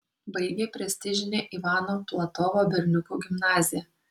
baigė prestižinę ivano platovo berniukų gimnaziją